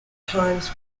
times